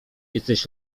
jesteś